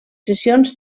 sessions